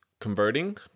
converting